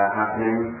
happening